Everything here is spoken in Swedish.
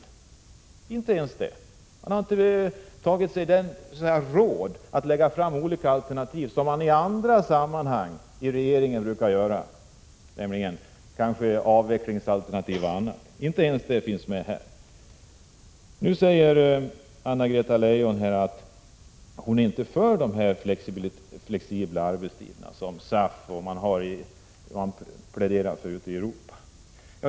Man har inte ens så att säga tagit sig råd att lägga fram förslag till alternativa lösningar, vilket regeringen brukar göra i andra sammanhang, t.ex. i fråga om avvecklingsalternativ o.d. Inte ens något sådant finns redovisat här. Nu säger Anna-Greta Leijon att hon inte är för de flexibla arbetstider som SAF vill ha och som man pläderar för ute i Europa.